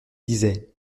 disait